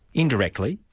indirectly,